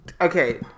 okay